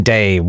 Day